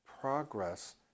progress